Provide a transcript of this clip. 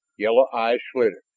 yellow eyes slitted,